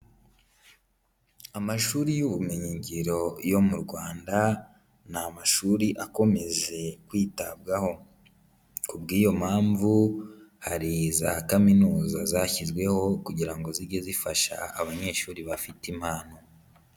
Amashuri y'ubumenyingiro yo mu Rwanda, ni amashuri akome kwitabwaho. Kubw'iyo mpamvu hari za kaminuza zashyizweho kugira ngo zijye zifasha abanyeshuri bafite impano.